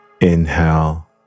inhale